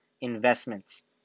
investments